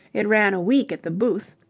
it ran a week at the booth.